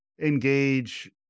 engage